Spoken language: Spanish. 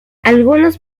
algunos